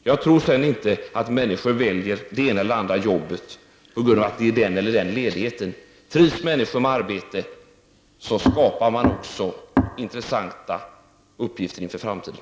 Jag tror sedan inte att människor väljer det ena eller andra jobbet på grund av att det ger den eller den ledigheten. Trivs människor med arbete, skapar man också intressanta uppgifter inför framtiden.